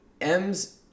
M's